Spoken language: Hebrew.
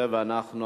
ואנחנו,